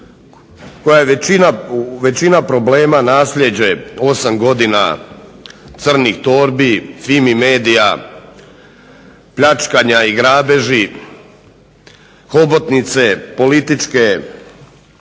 kojoj je većina problema nasljeđe 8 godina crnih torbi, FIMI-Media, pljačkanja i grabeži, hobotnice političke,